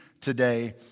today